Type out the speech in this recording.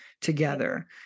together